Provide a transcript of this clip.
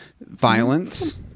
violence